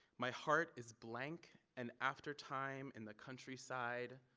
my heart is blank. and after time in the countryside,